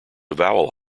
vowel